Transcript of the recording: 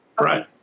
Right